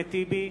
אחמד טיבי,